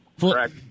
correct